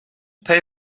pay